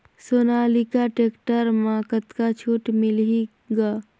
Sonalika tractor म कतका छूट मिलही ग?